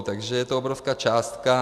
Takže je to obrovská částka.